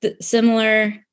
similar